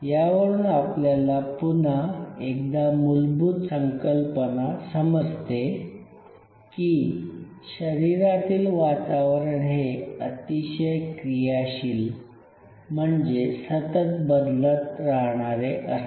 यावरून आपल्याला पुन्हा एकदा मूलभूत संकल्पना समजते की शरीरातील वातावरण हे अतिशय क्रियाशील म्हणजेच सतत बदलत राहणारे असते